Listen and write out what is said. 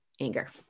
anger